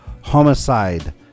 homicide